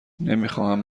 نمیخواهم